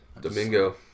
Domingo